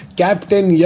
captain